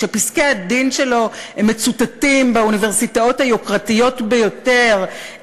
שפסקי-הדין שלו מצוטטים באוניברסיטאות היוקרתיות ביותר,